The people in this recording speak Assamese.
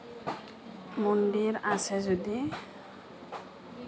মন্দিৰ আছে যদি